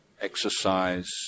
exercise